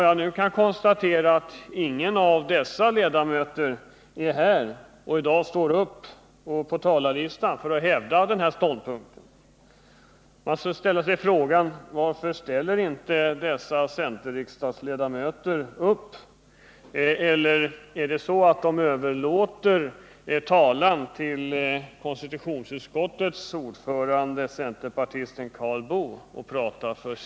Jag kan konstatera att ingen av dessa ledamöter är närvarande för att från denna talarstol hävda sin ståndpunkt. Man frågar sig varför dessa centerledamöter inte ställer upp. Överlåter de talan till konstitutionsutskottets ordförande, centerpartisten Karl Boo?